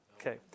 okay